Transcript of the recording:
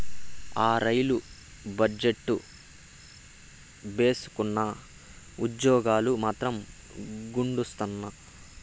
ఆ, రైలు బజెట్టు భేసుగ్గున్నా, ఉజ్జోగాలు మాత్రం గుండుసున్నా